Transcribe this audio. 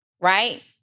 right